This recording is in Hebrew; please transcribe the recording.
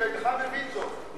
הכללים, ואינך מבין זאת.